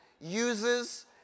uses